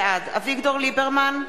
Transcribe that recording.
בעד אביגדור ליברמן,